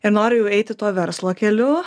ir noriu jau eiti tuo verslo keliu